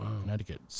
Connecticut